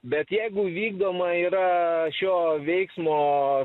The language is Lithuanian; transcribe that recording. bet jeigu vykdoma yra šio veiksmo